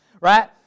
Right